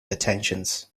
attentions